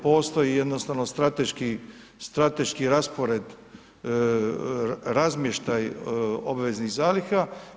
Postoji jednostavno strateški, strateški raspored, razmještaj obveznih zaliha.